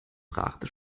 brachte